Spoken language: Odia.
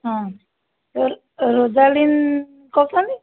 ହଁ ରୋଜାଲିନ୍ କହୁଛନ୍ତି